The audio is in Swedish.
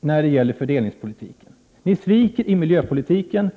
när det gäller fördelningspolitiken? Ni sviker också när det gäller miljöpolitiken.